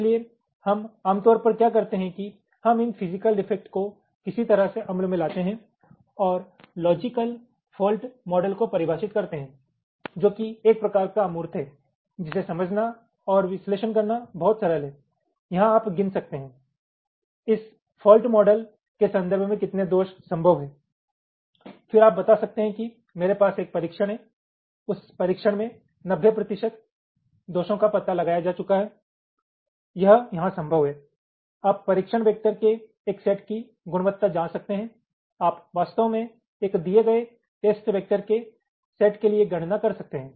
इसलिए हम आम तौर पर क्या करते हैं कि हम इन फिजिकल डिफेक्ट को किसी तरह से अमल में लाते हैं और लोजिकल फॉल्ट मॉडल को परिभाषित करते हैं जो कि एक प्रकार का अमूर्त है जिसे समझना और विश्लेषण करना बहुत सरल है यहां आप गिन सकते हैं कि इस फॉल्ट मॉडल के संदर्भ में कितने दोष संभव हैं फिर आप बता सकते हैं कि मेरे पास एक परीक्षण है उस परीक्षण में 90 प्रतिशत दोषों का पता लगाया जा चुका है यह यहां संभव है आप परीक्षण वैक्टर के एक सेट की गुणवत्ता जांच सकते है आप वास्तव में एक दिए गए टेस्ट वैक्टर के सेट के लिए गणना कर सकते हैं